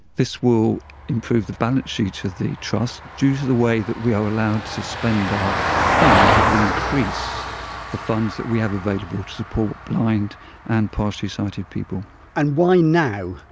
this will improve the balance sheet of the trust. due to the way that we are allowed to spend our funds it will increase the funds that we have available to support blind and partially sighted people and why now?